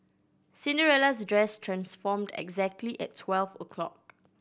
Cinderella's dress transformed exactly at twelve o'clock